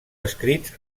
escrits